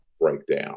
breakdown